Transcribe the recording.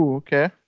Okay